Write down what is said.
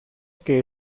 que